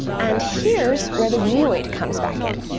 and here's where the geoid comes back in.